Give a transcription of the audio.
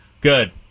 Good